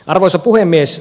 arvoisa puhemies